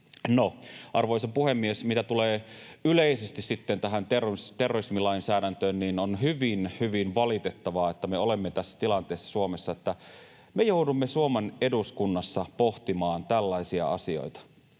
arvoisa puhemies, mitä tulee yleisesti sitten tähän terrorismilainsäädäntöön, niin on hyvin, hyvin valitettavaa, että me olemme tässä tilanteessa Suomessa, että me joudumme Suomen eduskunnassa pohtimaan tällaisia asioita,